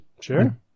sure